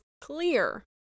clear